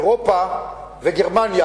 אירופה וגרמניה,